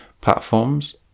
platforms